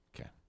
Okay